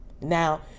Now